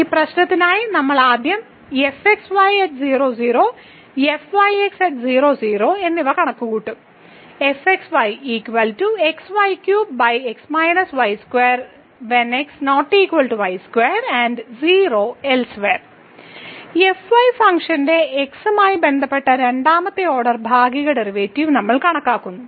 ഈ പ്രശ്നത്തിനായി നമ്മൾ ആദ്യം f xy 0 0 f yx 0 0 എന്നിവ കണക്കുകൂട്ടും f y ഫംഗ്ഷന്റെ x മായി ബന്ധപ്പെട്ട് രണ്ടാമത്തെ ഓർഡർ ഭാഗിക ഡെറിവേറ്റീവ് നമ്മൾ കണക്കാക്കുന്നു